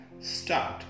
start